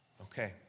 Okay